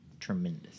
Tremendous